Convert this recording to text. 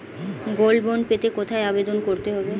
Gold bond পেতে কোথায় আবেদন করতে হবে?